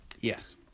Yes